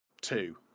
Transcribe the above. two